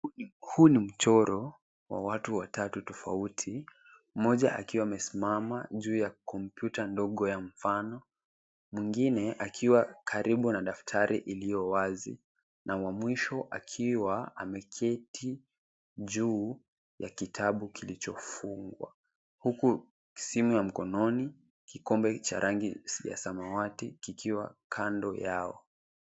Huu ni mchoro wa watu watatu tofauti, mmoja akiwa amesimama juu ya kompyuta ndogo ya mfano, mwengine akiwa karibu na daftari iliyo wazi na wa mwisho akiwa ameketi juu ya kitabu kilichofungwa. Huku simu ya mkononi, kikombe cha rangi ya samawati kikiwa kando yao.